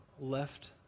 left